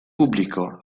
pubblico